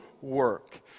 work